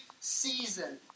Season